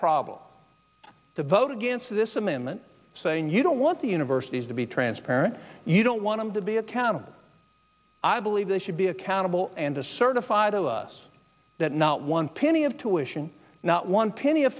problem to vote against this amendment saying you don't want the universities to be transparent you don't want to be accountable i believe they should be accountable and a certified of us that not one penny of tuitions not one penny